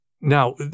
now